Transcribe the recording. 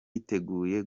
yiteguye